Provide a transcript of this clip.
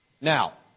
Now